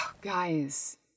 Guys